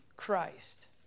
Christ